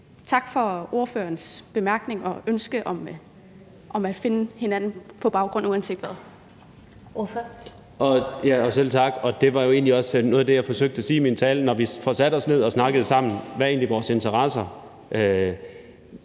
tak for ordførerens bemærkninger og ønske om at finde hinanden uanset hvad.